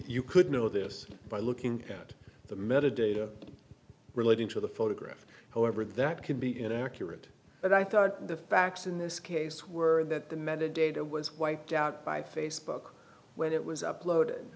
you could know this by looking at the metadata relating to the photograph however that can be inaccurate but i thought the facts in this case were that the method data was wiped out by facebook when it was uploaded